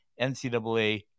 NCAA